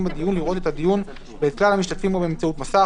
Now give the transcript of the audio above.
בדיון לראות את הדיון ואת כלל המשתתפים בו באמצעות מסך,